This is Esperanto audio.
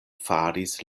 faris